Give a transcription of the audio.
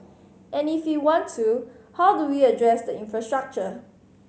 and if we want to how do we address the infrastructure